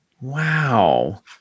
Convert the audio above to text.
Wow